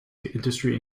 industry